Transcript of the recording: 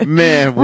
man